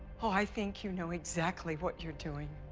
i think you know exactly what you're doing.